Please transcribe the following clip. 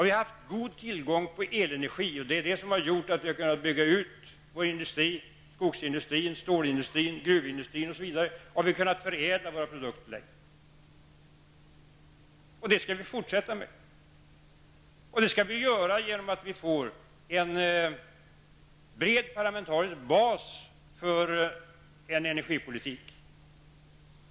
Vi har haft god tillgång till elenergi. Det har gjort att vi har kunnat bygga ut vår industri -- skogsindustrin, stålindustrin, gruvindustrin osv. -- och kunnat förädla våra produkter. Det skall vi fortsätta med. Det skall vi göra genom att vi får en bred parlamentarisk bas för en energipolitik.